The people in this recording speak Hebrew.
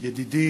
ידידי